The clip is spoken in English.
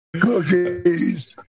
cookies